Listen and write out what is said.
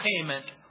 payment